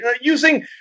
using